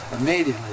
immediately